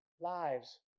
lives